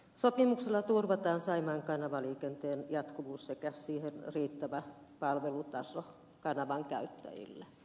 sopimuksella turvataan saimaan kanavaliikenteen jatkuvuus sekä siihen riittävä palvelutaso kanavan käyttäjille